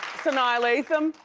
sanaa lathan.